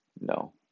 No